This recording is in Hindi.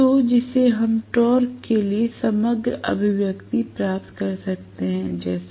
तो जिससे हम टॉर्क के लिए समग्र अभिव्यक्ति प्राप्त कर सकते हैं जैसे